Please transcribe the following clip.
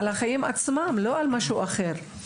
לא על משהו אחר.